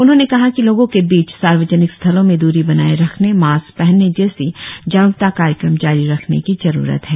उन्होंने कहा कि लोगों के बीच सार्वजनिक स्थलों में दूरी बनाए रखने मास्क पहनने जैसी जागरुकता कार्यक्रम जारी रखने की जरुरत है